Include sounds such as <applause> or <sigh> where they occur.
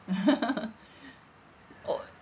<laughs> orh